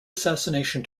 assassination